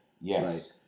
Yes